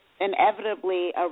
inevitably